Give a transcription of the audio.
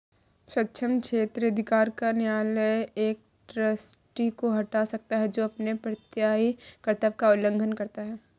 सक्षम क्षेत्राधिकार का न्यायालय एक ट्रस्टी को हटा सकता है जो अपने प्रत्ययी कर्तव्य का उल्लंघन करता है